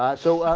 ah so